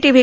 TV